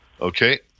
Okay